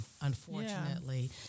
unfortunately